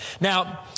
Now